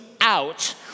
out